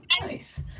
nice